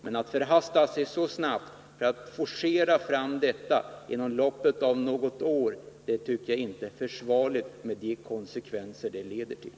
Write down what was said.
Men att förhasta sig och forcera fram detta inom loppet av några få år tycker jag inte är försvarligt på grund av de konsekvenser det leder till.